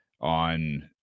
on